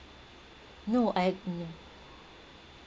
no I have mm